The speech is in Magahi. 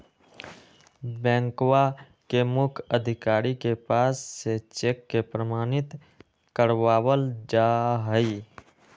बैंकवा के मुख्य अधिकारी के पास से चेक के प्रमाणित करवावल जाहई